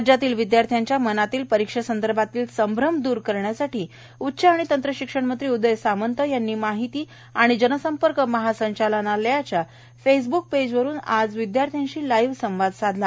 राज्यातील विद्यार्थ्यांच्या मनातील परीक्षेसंदर्भातील संभ्रम दूर करण्यासाठी उच्च व तंत्र शिक्षणमंत्री उदय सामंत यांनी माहिती व जनसंपर्क महासंचालनालयाच्या फेसबुक पेजवरून आज विदयार्थ्यांशी लाईव्ह संवाद साधला